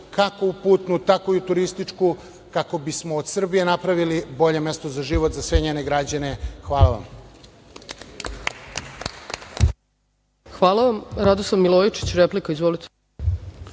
kako u putnu, tako i u turističku, kako bismo od Srbije napravili bolje mesto za život i sve njene građane. Hvala vam. **Ana